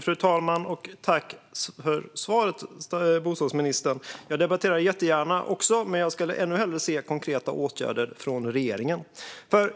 Fru talman! Tack för svaret, bostadsministern! Jag debatterar också jättegärna, men jag skulle ännu hellre se konkreta åtgärder från regeringen.